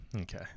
okay